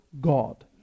God